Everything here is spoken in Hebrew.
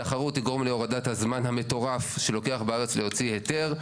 תחרות תגרום להורדת הזמן המטורף שלוקח בארץ להוציא היתר.